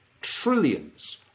trillions